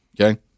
Okay